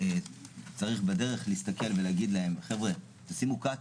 צריך בדרך להסתכל ולהגיד להם, חבר'ה, תשימו קט,